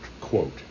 quote